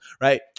right